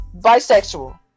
Bisexual